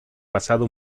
pasado